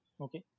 okay